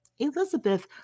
Elizabeth